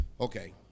Okay